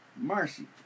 Marcy